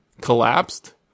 collapsed